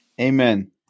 Amen